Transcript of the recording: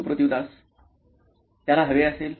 Suprativ Das CTO नॉइन electronics त्याला हवे असेल